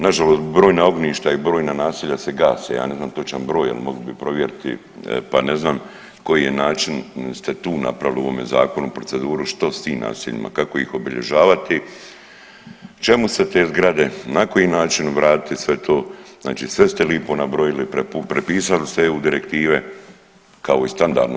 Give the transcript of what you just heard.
Nažalost brojna ognjišta i brojna naselja se gase, ja ne znam točan broj, a mogli bi provjeriti pa ne znam koji je način ste tu napravili u ovome zakonu proceduru što s tim naseljima, kako iz obilježavati, čemu sve te zgrade, na koji način obraditi sve to znači sve ste lipo nabrojili, prepisali ste eu direktive kao i standardno.